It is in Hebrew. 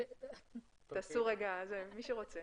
מי שרוצה.